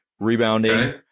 Rebounding